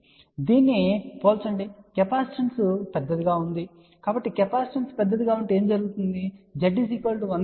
కాబట్టి దీనికి పోల్చండి కెపాసిటెన్స్ పెద్దదిగా ఉంటుంది కాబట్టి కెపాసిటెన్స్ పెద్దదిగా ఉంటే Z 1 jωC చిన్నదిగా ఉంటుంది